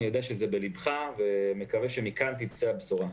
אני יודע שזה בלבך ומקווה שמכאן תצא הבשורה.